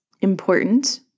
important